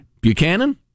Buchanan